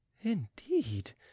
Indeed